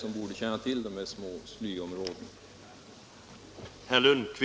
De borde då känna till de här små slyområdena.